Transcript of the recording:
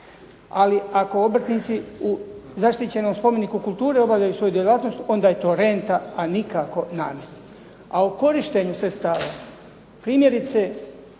Ali ako obrtnici u zaštićenom spomeniku kulture obavljaju svoju djelatnost onda je to renta, a nikako namet. A u korištenju sredstava, primjerice